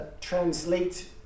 translate